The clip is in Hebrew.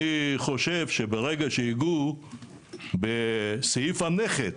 אני חושב שברגע שייגעו בסעיף הנכד,